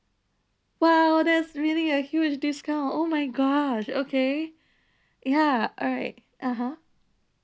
!wow! that's really a huge discount oh my gosh okay ya alright (uh huh)